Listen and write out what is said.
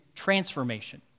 transformation